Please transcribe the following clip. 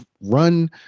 run